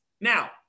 Now